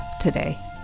today